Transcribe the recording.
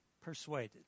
persuaded